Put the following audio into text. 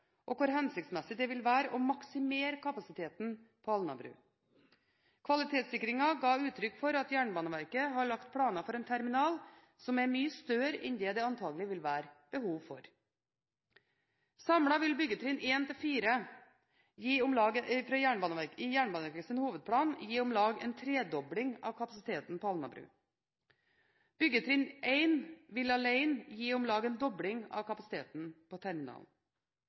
og hvor hensiktsmessig det vil være å maksimere kapasiteten på Alnabru. Kvalitetssikringen ga uttrykk for at Jernbaneverket har lagt planer for en terminal som er mye større enn det antakelig vil være behov for. Samlet vil byggetrinn 1–4 i Jernbaneverkets hovedplan gi om lag en tredobling av kapasiteten på Alnabru. Byggetrinn 1 vil alene gi om lag en dobling av kapasiteten på terminalen.